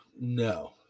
no